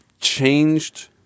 changed